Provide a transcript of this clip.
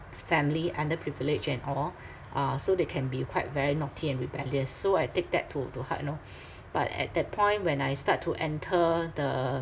family underprivileged and all uh so they can be quite very naughty and rebellious so I take that to to heart you know but at that point when I start to enter the